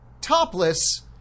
topless